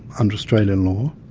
under australian law,